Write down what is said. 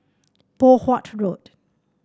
Poh Huat Road